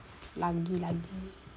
laggy laggy